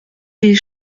des